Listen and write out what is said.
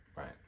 right